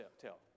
tell